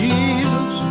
Jesus